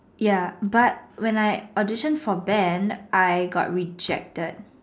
ya but when I audition for band I got rejected